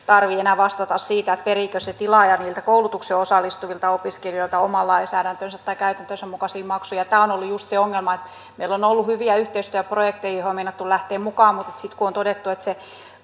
tarvitse enää vastata siitä periikö se tilaaja niiltä koulutukseen osallistuvilta opiskelijoilta oman lainsäädäntönsä tai käytäntönsä mukaisia maksuja tämä on ollut just se ongelma että meillä on on ollut hyviä yhteistyöprojekteja joihin on meinattu lähteä mukaan mutta sitten